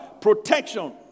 protection